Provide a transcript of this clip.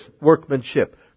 workmanship